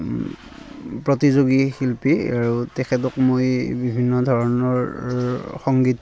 প্ৰতিযোগী শিল্পী আৰু তেখেতক মই বিভিন্ন ধৰণৰ সংগীত